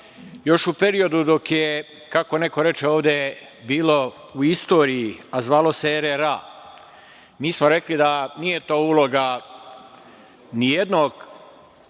još u periodu dok je, kako neko reče ovde, bilo u istoriji, a zvalo se RRA. Mi smo rekli da nije to uloga nijednog